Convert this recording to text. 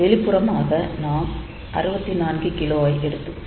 வெளிப்புறமாக நாம் 64K ஐ இணைக்கிறோம்